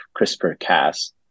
CRISPR-Cas